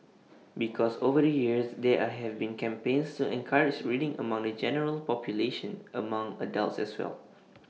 because over the years there have been campaigns to encourage reading among the general population among adults as well